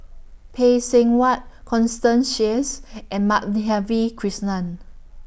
Phay Seng Whatt Constance Sheares and Madhavi Krishnan